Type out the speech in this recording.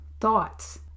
thoughts